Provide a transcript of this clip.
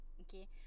okay